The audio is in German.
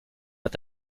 hat